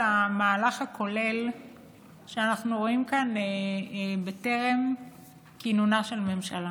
המהלך הכולל שאנחנו רואים כאן בטרם כינונה של הממשלה.